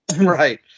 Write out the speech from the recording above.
right